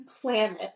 planet